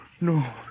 no